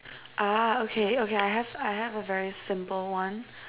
ah okay okay I have I have a very simple one